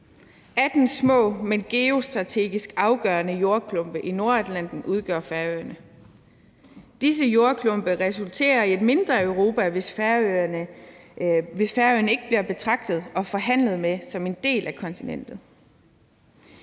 18 små, men geostrategisk afgørende jordklumper i Nordatlanten udgør Færøerne. Hvis Færøerne ikke bliver betragtet og forhandlet med som en del af kontinentet,